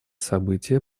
события